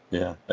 yeah.